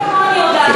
מי כמוני יודעת,